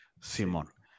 Simón